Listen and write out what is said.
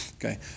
okay